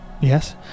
Yes